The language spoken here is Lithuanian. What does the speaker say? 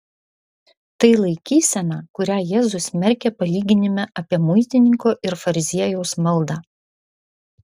tai laikysena kurią jėzus smerkia palyginime apie muitininko ir fariziejaus maldą